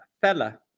fella